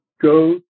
go